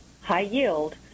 high-yield